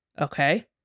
Okay